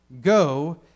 go